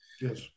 Yes